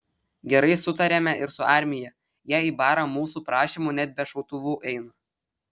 gerai sutariame ir su armija jie į barą mūsų prašymu net be šautuvų eina